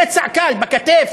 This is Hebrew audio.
פצע קל בכתף,